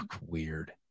weird